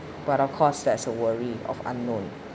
but of course there's a worry of unknown